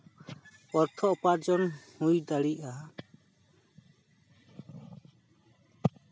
ᱚᱨᱛᱷᱚ ᱩᱯᱟᱨᱡᱚᱱ ᱦᱩᱭ ᱫᱟᱲᱮᱭᱟᱜᱼᱟ